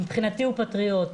מבחינתי הוא פטריות.